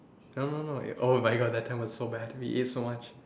I don't know no oh my god but that time was so bad we ate so much